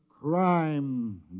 crime